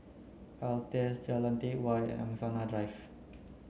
Altez Jalan Teck Whye Angsana Drive